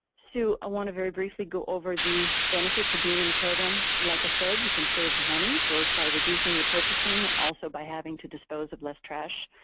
so want to very briefly go over the benefits of being in the program. like i said, you can save money, both by reducing your purchasing and also by having to dispose of less trash.